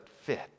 fit